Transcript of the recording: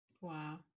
Wow